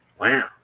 wow